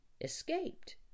escaped